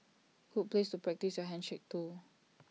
good place to practise handshake too